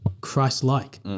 Christ-like